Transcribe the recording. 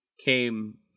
came